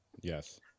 yes